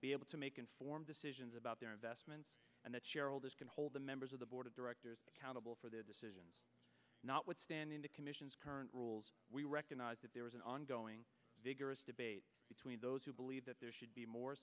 be able to make informed decisions about their investments and that shareholders can hold the members of the board of directors accountable for their decisions not withstanding the commission's current rules we recognize that there is an ongoing vigorous debate between those who believe that there should be more